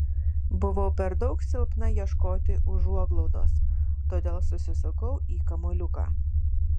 buvau per daug silpna ieškoti užuoglaudos todėl susisukau į kamuoliuką